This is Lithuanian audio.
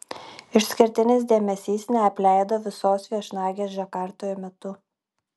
išskirtinis dėmesys neapleido visos viešnagės džakartoje metu